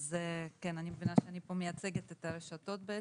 אני מבינה שאני פה מייצגת את הרשתות.